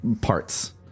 parts